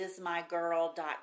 ismygirl.com